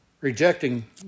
rejecting